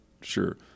sure